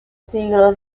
siglo